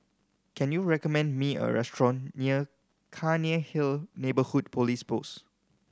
can you recommend me a restaurant near Cairnhill Neighbourhood Police Post